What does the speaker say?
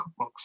cookbooks